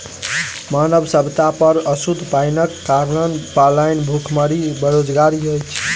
मानव सभ्यता पर अशुद्ध पाइनक कारणेँ पलायन, भुखमरी, बेरोजगारी अछि